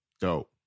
Dope